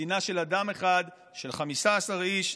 למדינה של אדם אחד, של 15 איש.